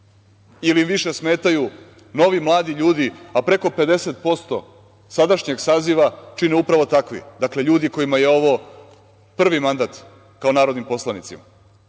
im više smetaju novi mladi ljudi, a preko 50% sadašnjeg saziva čine upravo takvi, dakle ljudi kojima je ovo prvi mandat kao narodnim poslanicima.